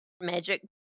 Magic